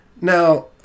Now